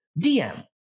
DM